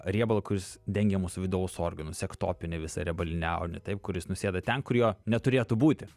riebalą kuris dengia mūsų vidaus organus ektopinį visą riebalinį audinį taip kuris nusėda ten kur jo neturėtų būti